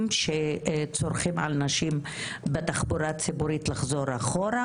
שצורחים על נשים בתחבורה הציבורית לחזור אחורה,